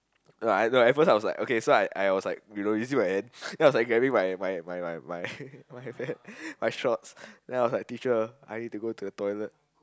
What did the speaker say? like at first I something okay so I I was like you know my end then I was like grabbing my my my my my pants my shorts then I was like teacher I need to go to the toilet